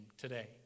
today